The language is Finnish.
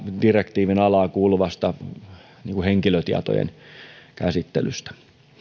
direktiivin alaan kuuluvasta henkilötietojen käsittelystä